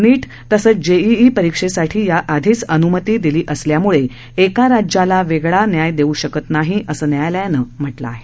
नीट तसंच जेईई परीक्षेसाठी याआधीच अनुमती दिली असल्यामुळे एका राज्याला वेगळा देता येऊ शकत नाही असं न्यायालयानं म्हटलं आहे